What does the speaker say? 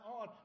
on